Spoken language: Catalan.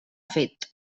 fet